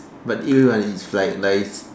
but you want to eat fried rice